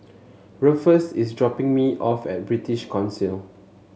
Rufus is dropping me off at British Council